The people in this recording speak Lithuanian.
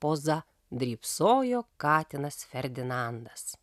poza drybsojo katinas ferdinandas